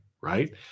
right